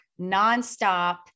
nonstop